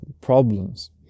problems